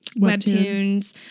webtoons